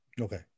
Okay